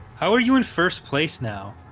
how are you in first place now?